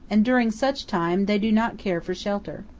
and during such time they do not care for shelter.